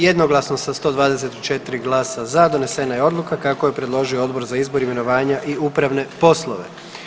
Jednoglasno sa 124 glasa za donesena je odluka kako ju je predložio Odbor za izbor, imenovanja i upravne poslove.